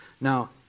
Now